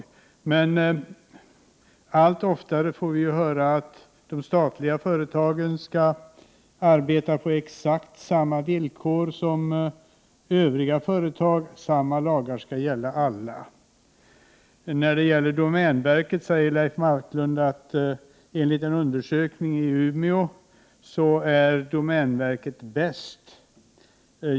Vi får dock allt oftare höra att de statliga företagen skall arbeta på exakt samma villkor som övriga företag. Samma lagar skall gälla för alla. När det gäller domänverket säger Leif Marklund att enligt en undersökning i Umeå är domänverket bäst.